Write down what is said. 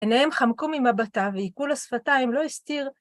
עיניהם חמקו ממבטיו ואיכו לשפתיים, לא הסתיר.